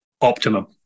optimum